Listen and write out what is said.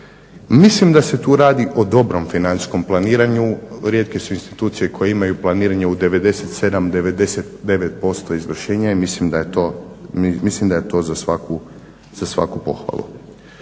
Mislim da se tu radi o dobrom financijskom planiranju, rijetke su institucije koje imaju planiranje u 97, 99% izvršenja i mislim da je to za svaku pohvalu.